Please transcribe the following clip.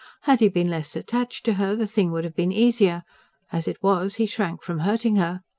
had he been less attached to her, the thing would have been easier as it was, he shrank from hurting her.